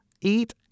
eat